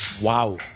Wow